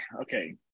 Okay